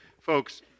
folks